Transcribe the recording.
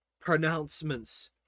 pronouncements